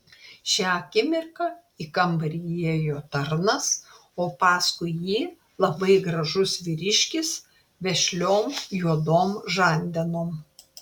šią akimirką į kambarį įėjo tarnas o paskui jį labai gražus vyriškis vešliom juodom žandenom